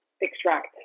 extract